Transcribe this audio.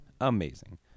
amazing